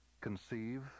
conceive